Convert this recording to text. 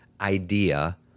idea